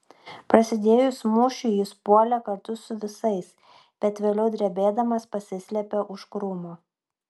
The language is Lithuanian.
prasidėjus mūšiui jis puolė kartu su visais bet vėliau drebėdamas pasislėpė už krūmo